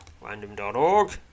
random.org